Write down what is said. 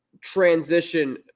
transition